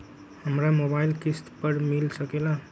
हमरा मोबाइल किस्त पर मिल सकेला?